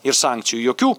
ir sankcijų jokių